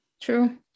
true